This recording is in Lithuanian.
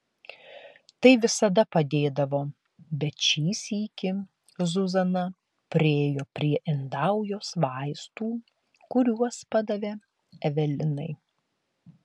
tai visada padėdavo bet šį sykį zuzana priėjo prie indaujos vaistų kuriuos padavė evelinai